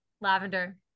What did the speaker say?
Lavender